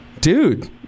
dude